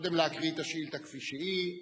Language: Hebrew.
קודם להקריא את השאילתא כפי שהיא,